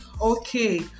Okay